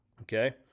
Okay